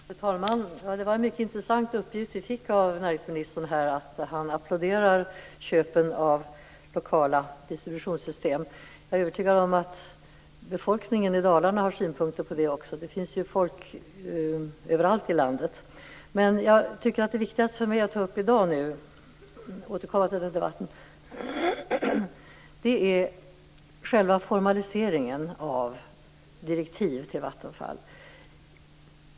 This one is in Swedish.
Fru talman! Det var en mycket intressant uppgift som vi här fick av näringsministern. Han applåderar alltså köp av lokala distributionssystem. Jag är övertygad om att befolkningen i Dalarna har synpunkter på det - det finns ju medborgare överallt i landet. Det viktigaste för mig att ta upp i dag är själva formaliseringen av direktiv till Vattenfall.